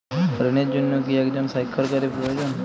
ঋণের জন্য কি একজন স্বাক্ষরকারী প্রয়োজন?